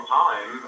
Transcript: time